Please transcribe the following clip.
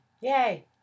Yay